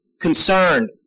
concerned